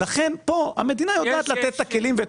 לכן פה המדינה יודעת לתת את הכלים ואת